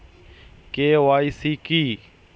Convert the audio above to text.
KYC কি?